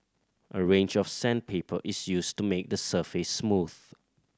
a range of sandpaper is used to make the surface smooth